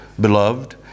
beloved